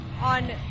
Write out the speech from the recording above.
on